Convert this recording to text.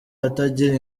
atagira